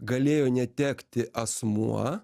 galėjo netekti asmuo